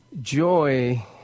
joy